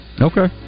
Okay